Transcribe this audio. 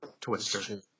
Twister